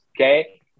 Okay